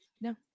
no